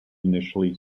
initially